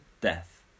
death